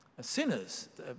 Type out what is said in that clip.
sinners